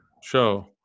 show